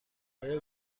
آیا